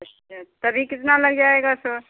अच्छा तो अभी कितना लग जाएगा सर